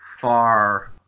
far